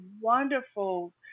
wonderful